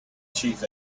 chief